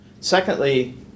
Secondly